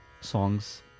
songs